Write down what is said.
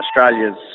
Australia's